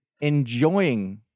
enjoying